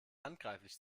handgreiflich